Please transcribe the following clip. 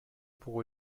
pour